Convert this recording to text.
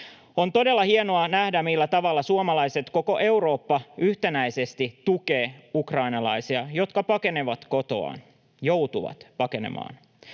On todella hienoa nähdä, millä tavalla suomalaiset, koko Eurooppa yhtenäisesti, tukevat ukrainalaisia, jotka pakenevat kotoaan — joutuvat pakenemaan.